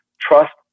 trust